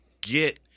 get